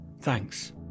Thanks